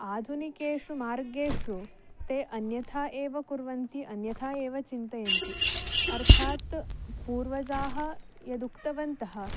आधुनिकेषु मार्गेषु ते अन्यथा एव कुर्वन्ति अन्यथा एव चिन्तयन्ति अर्थात् पूर्वजाः यदुक्तवन्तः